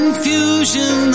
Confusion